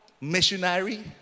missionary